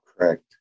Correct